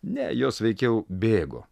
ne jos veikiau bėgo